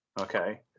Okay